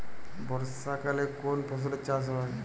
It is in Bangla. বর্ষাকালে কোন ফসলের চাষ হয়?